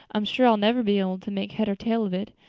i'm sure i'll never be able to make head or tail of it.